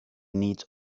need